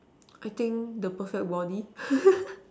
I think the perfect body